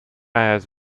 has